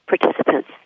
participants